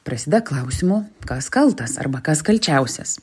prasideda klausimu kas kaltas arba kas kalčiausias